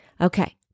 Okay